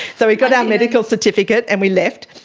so we got our medical certificate and we left.